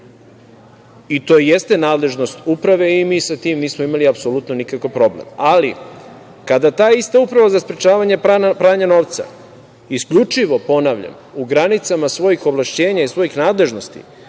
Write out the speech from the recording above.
to i jeste nadležnost Uprave i mi sa tim nismo imali apsolutno nikakav problem. Ali kada ta ista Uprava za sprečavanje pranja novca isključivo, ponavljam, u granicama svojih ovlašćenja i svojih nadležnosti